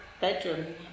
bedroom